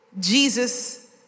Jesus